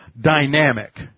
dynamic